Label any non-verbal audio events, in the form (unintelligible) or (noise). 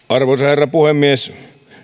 (unintelligible) arvoisa herra puhemies